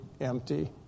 empty